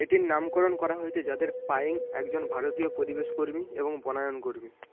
এটির নামকরণ করা হয়েছে যাদের পায়েং একজন ভারতীয় পরিবেশ কর্মী এবং বনায়ন কর্মী